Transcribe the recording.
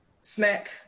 snack